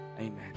amen